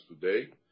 today